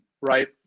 right